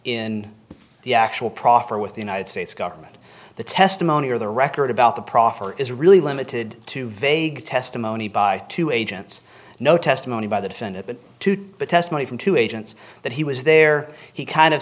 in the actual proffer with the united states government the testimony or the record about the proffer is really limited to vague testimony by two agents no testimony by the defendant but the testimony from two agents that he was there he kind of